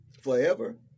forever